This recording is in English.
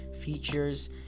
features